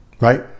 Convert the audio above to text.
right